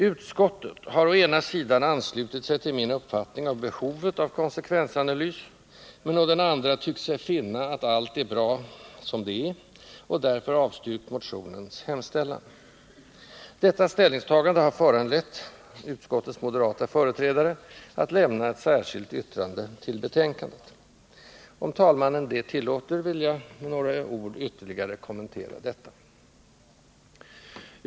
Utskottet har å ena sidan anslutit sig till min uppfattning om behovet av konsekvensanalys, men å den andra tyckt sig finna att allt är bra som det är och därför avstyrkt motionens hemställan. Detta ställningstagande har föranlett utskottets moderata företrädare att foga ett särskilt yttrande till betänkandet. Om talmannen det tillåter, vill jag med några ord ytterligare kommentera detta.